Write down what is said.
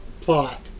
plot